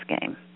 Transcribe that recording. game